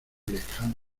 lejana